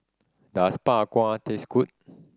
does Bak Kwa taste good